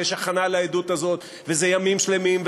ויש הכנה לעדות הזאת וזה ימים שלמים,